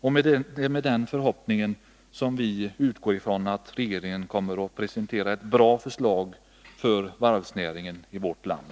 Det är med denna förhoppning vi utgår ifrån att regeringen kommer att presentera ett förslag som är bra för varvsnäringen i vårt land.